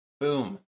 Boom